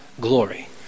glory